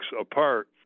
apart